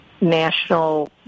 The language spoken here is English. national